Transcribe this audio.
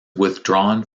withdrawn